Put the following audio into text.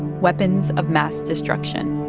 weapons of mass destruction.